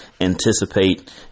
anticipate